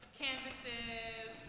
canvases